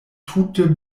tute